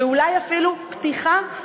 ואולי אפילו פתיחה-סגירה,